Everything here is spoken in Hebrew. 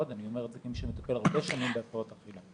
אני אומר את זה כמי שמטפל הרבה שנים בהפרעות אכילה.